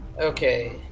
Okay